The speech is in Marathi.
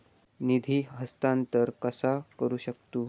निधी हस्तांतर कसा करू शकतू?